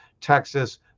Texas